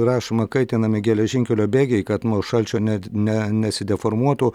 rašoma kaitinami geležinkelio bėgiai kad nuo šalčio net ne nesideformuotų